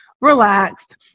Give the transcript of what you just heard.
relaxed